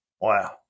wow